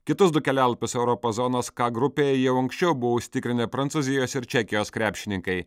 kitus du kelialapius europos zonos k grupėje jau anksčiau buvo užsitikrinę prancūzijos ir čekijos krepšininkai